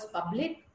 public